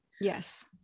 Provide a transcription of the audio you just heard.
Yes